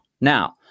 now